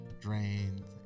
drains